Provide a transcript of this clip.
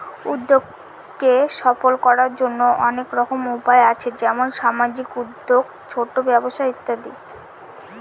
উদ্যক্তাকে সফল করার জন্য অনেক রকম উপায় আছে যেমন সামাজিক উদ্যোক্তা, ছোট ব্যবসা ইত্যাদি